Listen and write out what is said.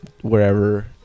wherever